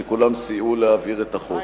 שכולם סייעו להעביר את החוק.